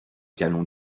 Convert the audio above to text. canons